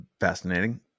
fascinating